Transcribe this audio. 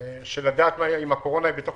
באוגוסט מבלי לדעת אם הקורונה היא בתוך